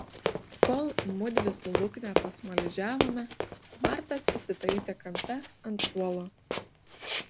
kol mudvi su lukne pasmaližiavome bartas įsitaisė kampe ant suolo